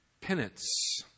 penance